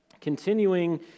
continuing